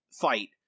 fight